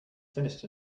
finished